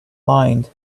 mind